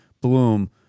Bloom